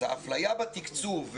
האפליה בתקצוב,